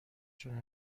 چون